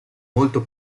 molto